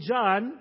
John